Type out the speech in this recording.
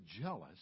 jealous